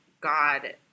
God